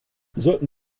sollten